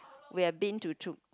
we have been to